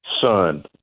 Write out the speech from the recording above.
son